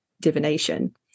divination